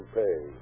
pay